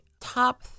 top